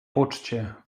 poczcie